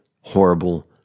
horrible